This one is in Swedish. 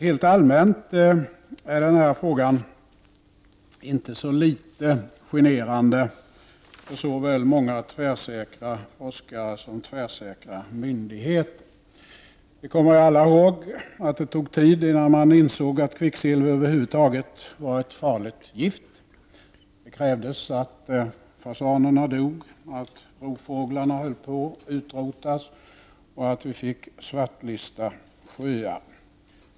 Rent allmänt är den här frågan inte så litet generande för många tvärsäkra, såväl forskare som myndigheter. Vi kommer alla ihåg att det tog tid innan man insåg att kvicksilver över huvud taget är ett farligt gift. Det krävdes att fasanerna dog, att rovfåglarna höll på att utrotas och att det blev nödvändigt att svartlista sjöar.